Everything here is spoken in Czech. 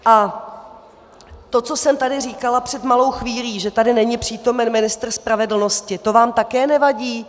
A to, co jsem tady říkala před malou chvílí, že tady není přítomen ministr spravedlnosti, to vám také nevadí?